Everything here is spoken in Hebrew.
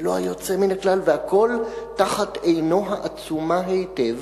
ולא היוצא מן הכלל, והכול תחת עינו העצומה היטב